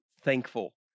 thankful